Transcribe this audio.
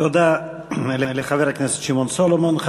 תודה לחבר הכנסת שמעון סולומון.